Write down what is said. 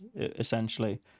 essentially